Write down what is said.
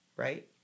Right